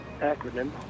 acronym